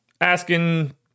asking